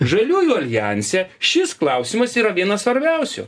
žaliųjų aljanse šis klausimas yra vienas svarbiausių